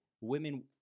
women